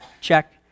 check